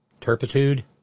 turpitude